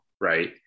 right